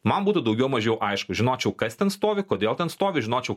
man būtų daugiau mažiau aišku žinočiau kas ten stovi kodėl ten stovi žinočiau